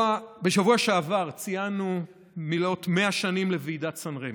בשבוע שעבר ציינו מלאת 100 שנים לוועידת סן רמו.